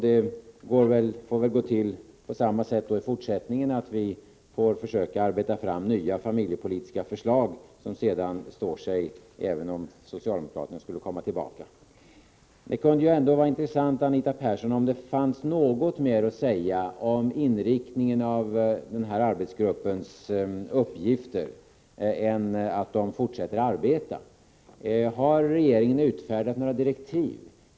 Det får väl gå till på samma sätt i fortsättningen, dvs. att vi försöker arbeta fram nya familjepolitiska förslag som sedan står sig även om socialdemokraterna skulle komma tillbaka efter valet. Det kunde vara intressant, Anita Persson, att få veta om det finns något mer att säga om inriktningen av denna arbetsgrupps uppgifter än att gruppen fortsätter att arbeta. Har regeringen utfärdat några direktiv?